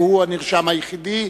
הוא הנרשם היחיד,